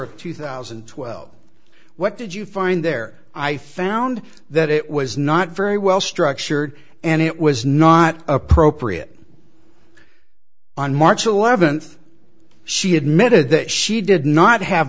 of two thousand and twelve what did you find there i found that it was not very well structured and it was not appropriate on march eleventh she admitted that she did not have